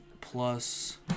plus